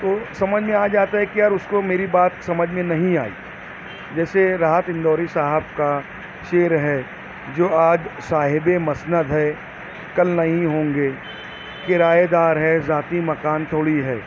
تو سمجھ میں آ جاتا ہے کہ یار اس کو میری بات سمجھ میں نہیں آئی جیسے راحت اندوری صاحب کا شعر ہے جو آج صاحبِ مسند ہے کل نہیں ہوں گے کرایے دار ہے ذاتی مکان تھوڑی ہے